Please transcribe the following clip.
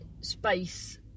space